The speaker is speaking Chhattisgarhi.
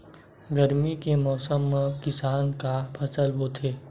गरमी के मौसम मा किसान का फसल बोथे?